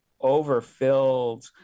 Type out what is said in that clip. overfilled